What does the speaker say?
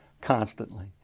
constantly